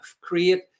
create